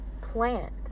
plant